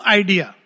idea